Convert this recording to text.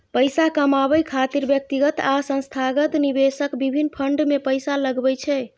पैसा कमाबै खातिर व्यक्तिगत आ संस्थागत निवेशक विभिन्न फंड मे पैसा लगबै छै